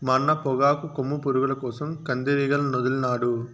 మా అన్న పొగాకు కొమ్ము పురుగుల కోసరం కందిరీగలనొదిలినాడు